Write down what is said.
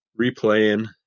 replaying